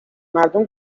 مردم